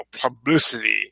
publicity